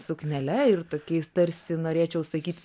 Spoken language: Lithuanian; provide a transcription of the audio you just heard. suknele ir tokiais tarsi norėčiau sakyt